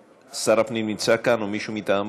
שר הפנים נמצא כאן, או מישהו מטעמו?